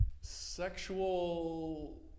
sexual